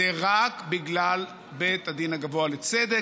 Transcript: זה רק בגלל בית הדין הגבוה לצדק,